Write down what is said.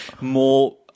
more